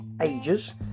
ages